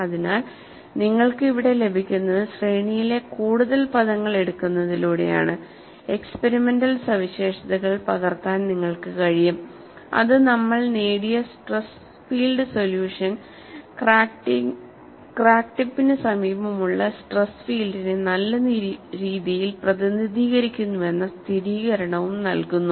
അതിനാൽ നിങ്ങൾക്ക് ഇവിടെ ലഭിക്കുന്നത് ശ്രേണിയിലെ കൂടുതൽ പദങ്ങൾ എടുക്കുന്നതിലൂടെയാണ് എക്സ്പെരിമെന്റൽ സവിശേഷതകൾ പകർത്താൻ നിങ്ങൾക്ക് കഴിയും അത് നമ്മൾ നേടിയ സ്ട്രെസ് ഫീൽഡ് സൊല്യൂഷൻ ക്രാക്ക് ടിപ്പിന് സമീപമുള്ള സ്ട്രെസ് ഫീൽഡിനെ നല്ല രീതിയിൽ പ്രതിനിധീകരിക്കുന്നുവെന്ന സ്ഥിരീകരണവും നൽകുന്നു